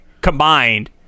combined